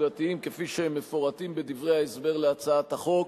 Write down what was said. נקודתיים כפי שהם מפורטים בדברי ההסבר להצעת החוק.